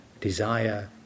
desire